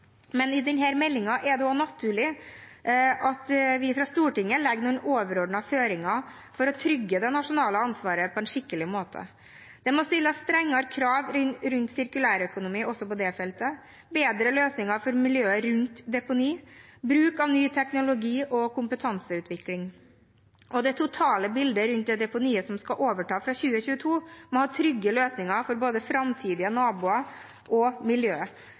men i denne meldingen er det også naturlig at vi fra Stortinget legger noen overordnede føringer for å trygge det nasjonale ansvaret på en skikkelig måte. Det må stilles strengere krav rundt sirkulærøkonomi også på det feltet – bedre løsninger for miljøet rundt deponi og bruk av ny teknologi og kompetanseutvikling. Det totale bildet rundt deponiet som skal overta fra 2022, må ha trygge løsninger for både framtidige naboer og